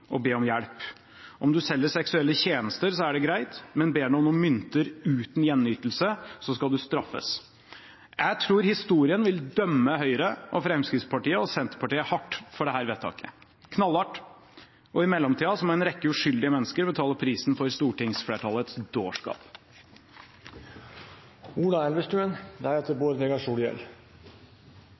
å be om hjelp. Om du selger seksuelle tjenester, er det greit, men ber noen om mynter uten gjenytelse, skal de straffes. Jeg tror historien vil dømme Høyre, Fremskrittspartiet og Senterpartiet hardt for dette vedtaket – knallhardt. I mellomtiden må en rekke uskyldige mennesker betale prisen for stortingsflertallets dårskap.